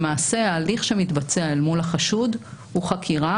למעשה ההליך שמתבצע אל מול החשוד הוא חקירה,